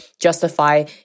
justify